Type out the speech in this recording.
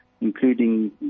Including